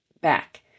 back